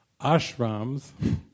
ashrams